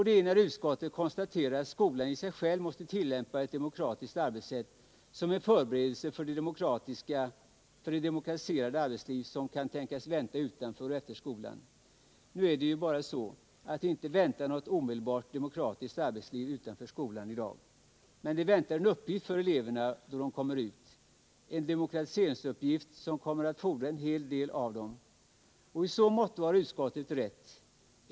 Det är när utskottet konstaterar att skolan i sig själv måste tillämpa ett demokratiskt arbetssätt som en förberedelse för det demokratiserade arbetsliv som kan tänkas vänta utanför och efter skolan. Nu är det bara så, att det inte väntar något omedelbart demokratiskt arbetsliv utanför skolan i dag. Men det väntar en uppgift för eleverna då de kommer ut, en demokratiseringsuppgift som kommer att fordra en hel del av dem. Och i så motto har utskottet rätt.